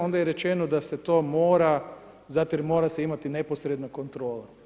Onda je i rečeno da se to mora, zato jer mora se imati neposredna kontrola.